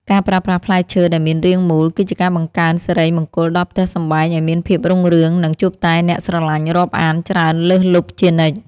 ការប្រើប្រាស់ផ្លែឈើដែលមានរាងមូលគឺជាការបង្កើនសិរីមង្គលដល់ផ្ទះសម្បែងឱ្យមានភាពរុងរឿង និង ជួបតែអ្នកស្រឡាញ់រាប់អានច្រើនលើសលប់ជានិច្ច។